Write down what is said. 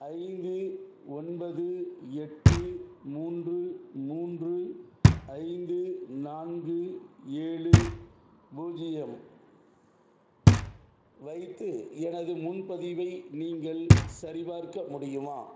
ஐந்து ஒன்பது எட்டு மூன்று மூன்று ஐந்து நான்கு ஏழு பூஜ்ஜியம் வைத்து எனது முன்பதிவை நீங்கள் சரிபார்க்க முடியுமா